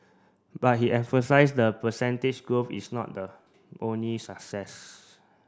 but he emphasised the percentage growth is not the only success